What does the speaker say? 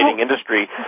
industry